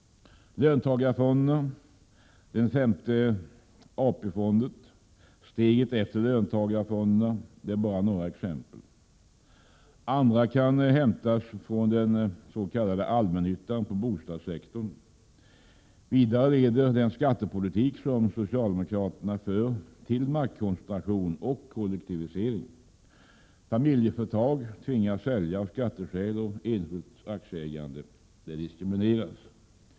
Löntagarfonderna, den femte AP-fonden och, steget efter, löntagarfonderna är bara några exempel. Andra kan hämtas från den s.k. allmännyttan på bostadssektorn. Vidare leder den skattepolitik som socialdemokraterna för till maktkoncentration och kollektivisering. Familjeföretag tvingas sälja av skatteskäl, och enskilt aktieägande diskrimineras.